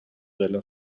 della